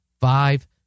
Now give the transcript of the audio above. five